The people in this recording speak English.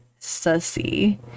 sussy